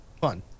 fun